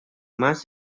más